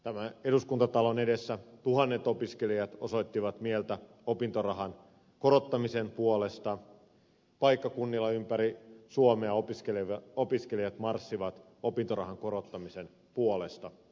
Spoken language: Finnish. tämän eduskuntatalon edessä tuhannet opiskelijat osoittivat mieltä opintorahan korottamisen puolesta paikkakunnilla ympäri suomea opiskelijat marssivat opintorahan korottamisen puolesta